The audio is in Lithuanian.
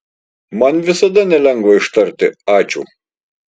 man visada nelengva ištarti ačiū